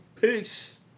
Peace